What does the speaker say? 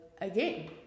again